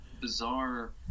bizarre